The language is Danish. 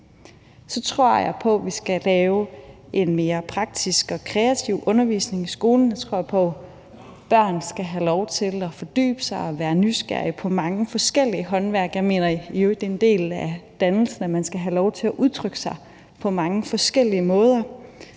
Så tror jeg på, at vi skal lave en mere praktisk og kreativ undervisning i skolen. Jeg tror på, at børn skal have lov til at fordybe sig og være nysgerrige på mange forskellige håndværk. Jeg mener i øvrigt, det er en del af dannelsen, at man skal have lov til at udtrykke sig på mange forskellige måder,